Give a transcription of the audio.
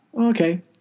okay